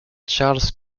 charles